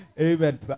amen